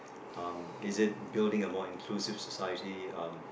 um is it building a more inclusive society um